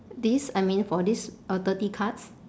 this I mean for this uh thirty cards